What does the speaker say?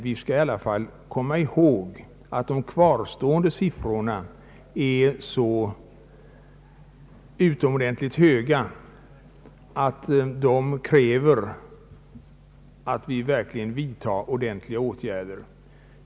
Vi måste komma ihåg att siffrorna ändå alltjämt är så utomordentligt höga att det krävs ordentliga åtgärder.